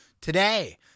today